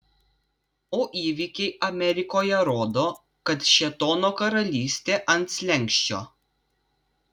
o įvykiai amerikoje rodo kad šėtono karalystė ant slenksčio